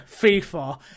FIFA